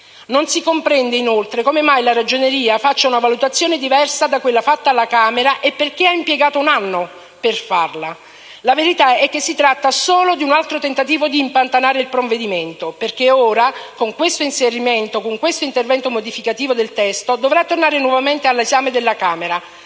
Non si comprende, inoltre, come mai la Ragioneria faccia una valutazione diversa da quella fatta alla Camera e perché abbia impiegato un anno per farla. La verità è che si tratta solo di un altro tentativo di impantanare il provvedimento. Infatti ora, con questo nuovo intervento modificativo, il testo dovrà tornare nuovamente all'esame della Camera,